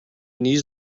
needs